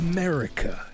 America